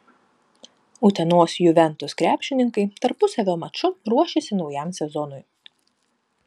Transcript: utenos juventus krepšininkai tarpusavio maču ruošiasi naujam sezonui